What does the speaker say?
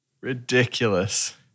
Ridiculous